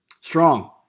Strong